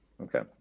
Okay